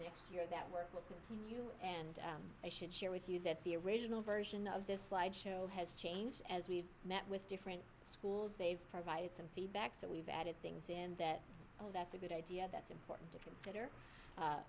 next year that work will continue and i should share with you that the original version of this slide show has changed as we've met with different schools they've provided some feedback so we've added things in that oh that's a good idea that simple to consider